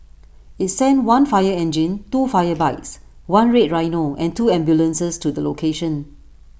IT sent one fire engine two fire bikes one red rhino and two ambulances to the location